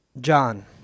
John